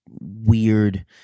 Weird